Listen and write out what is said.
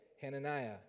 Hananiah